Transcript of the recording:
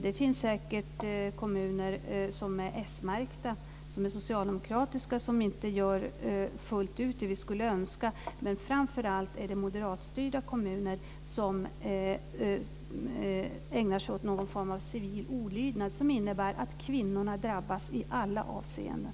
Det finns säkert socialdemokratiska kommuner som inte gör fullt ut det vi skulle önska, men framför allt är det moderatstyrda kommuner som ägnar sig åt någon form av civil olydnad, som innebär att kvinnorna drabbas i alla avseenden.